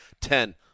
Ten